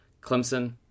Clemson